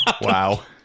Wow